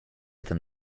than